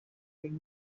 bring